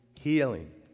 healing